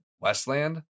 Westland